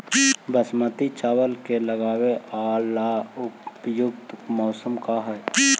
बासमती चावल के लगावे ला उपयुक्त मौसम का है?